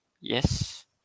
yes